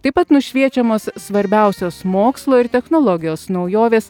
taip pat nušviečiamos svarbiausios mokslo ir technologijos naujovės